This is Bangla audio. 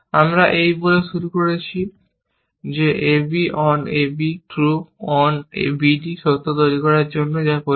আমরা এই বলে শুরু করেছি যে ab on ab true on bd সত্য তৈরি করার জন্য যা প্রয়োজন